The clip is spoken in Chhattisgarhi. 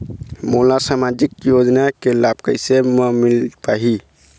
मोला सामाजिक योजना के लाभ कैसे म मिल पाही?